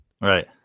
right